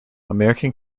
american